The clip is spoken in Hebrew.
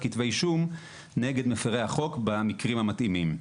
כתבי אישום נגד מפירי החוק במקרים המתאימים.